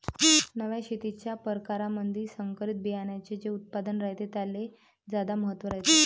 नव्या शेतीच्या परकारामंधी संकरित बियान्याचे जे उत्पादन रायते त्याले ज्यादा महत्त्व रायते